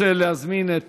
אני רוצה להזמין את